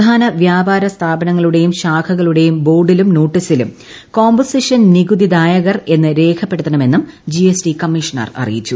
പ്രധാന വ്യാപാര സ്ഥാപനങ്ങളുടേയും ശാഖകളുടേയും ബോർഡിലും നോട്ടീസിലും കോമ്പോസിഷൻ നികുതിദായകർ എന്ന് രേഖപ്പെടുത്തണമെന്നും ജിഎസ്ടി കമ്മീഷണർ അറിയിച്ചു